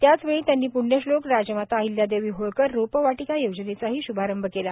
त्याचवेळी त्यांनी प्ण्यश्लोक राजमाता अहिल्यादेवी होळकर रोपवाटिका योजनेचाही शभारंभ केला